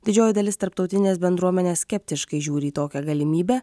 didžioji dalis tarptautinės bendruomenės skeptiškai žiūri į tokią galimybę